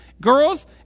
Girls